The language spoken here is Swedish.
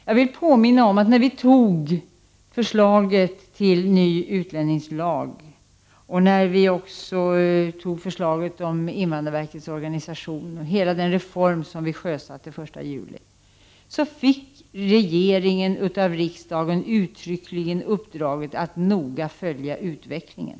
Jag vill påminna om att när förslaget om ny utlänningslag och förslaget om invandrarverkets organisation antogs — det trädde i kraft den 1 juli — fick regeringen uttryckligen i uppdrag av riksdagen att noga följa utvecklingen.